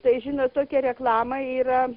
tai žinot tokia reklama yra